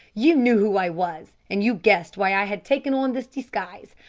you knew who i was, and you guessed why i had taken on this disguise.